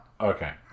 Okay